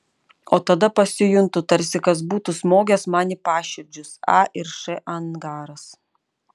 o tada pasijuntu tarsi kas būtų smogęs man į paširdžius a ir š angaras